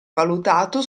valutato